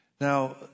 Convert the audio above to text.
Now